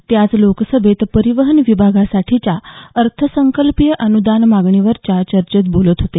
ते आज लोकसभेत परिवहन विभागासाठीच्या अर्थसंकल्पीय अनुदान मागण्यांवरच्या चर्चेत बोलत होते